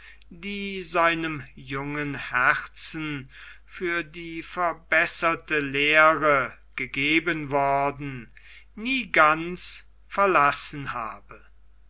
die seinem jungen herzen für die verbesserte lehre gegeben worden nie ganz verlassen habe